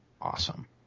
awesome